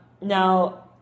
Now